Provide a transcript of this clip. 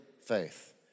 faith